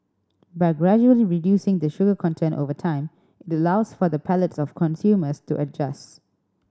by gradually reducing the sugar content over time it allows for the palates of consumers to adjust